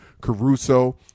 Caruso